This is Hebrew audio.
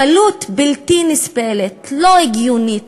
קלות בלתי נסבלת, לא הגיונית,